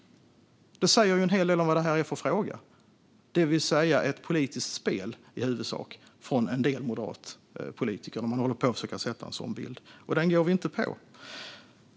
Det tycker jag är väldigt talande för vad det här är för en fråga: Det är i huvudsak ett politiskt spel från en del moderatpolitiker som håller på att försöka sätta en sådan bild. Den går vi inte på.